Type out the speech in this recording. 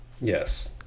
Yes